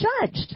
judged